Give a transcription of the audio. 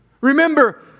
Remember